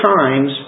times